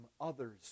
others